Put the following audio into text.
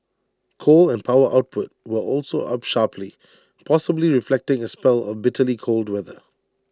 coal and power output were also up sharply possibly reflecting A spell of bitterly cold weather